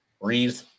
breathe